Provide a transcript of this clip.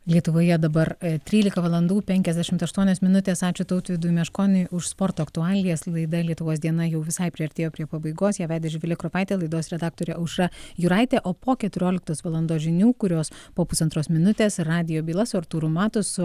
lietuvoje dabar trylika valandų penkiasdešimt aštuonios minutės ačiū tautvydui meškoniui už sporto aktualijas laida lietuvos diena jau visai priartėjo prie pabaigos ją vedė živilė kropaitė laidos redaktorė aušra juraitė o po keturioliktos valandos žinių kurios po pusantros minutės radijo byla su artūru matusu